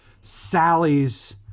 sally's